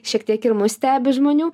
šiek tiek ir mus stebi žmonių